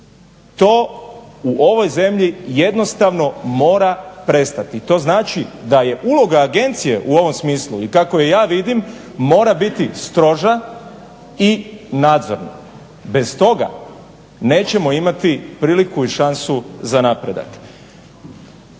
To u ovoj zemlji jednostavno mora prestati. To znači da je uloga Agencije u ovom smislu i kako je ja vidim mora biti stroža i nadzorna. Bez toga nećemo imati priliku i šansu za napredak.